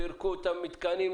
פירקו את המתקנים,